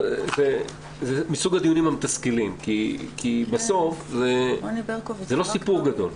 זה מסוג הדיונים המתסכלים כי בסוף זה לא סיפור גדול.